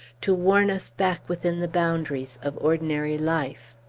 to warn us back within the boundaries of ordinary life.